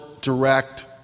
direct